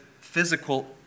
physical